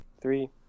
Three